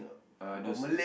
uh those